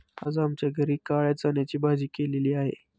आज आमच्या घरी काळ्या चण्याची भाजी केलेली आहे